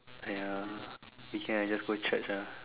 !aiya! weekend I just go Church ah